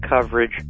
coverage